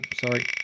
Sorry